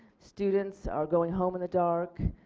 students are going home in the dark.